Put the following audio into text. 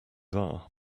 are